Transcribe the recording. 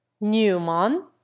Newman